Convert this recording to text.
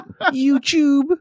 YouTube